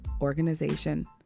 organization